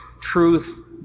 truth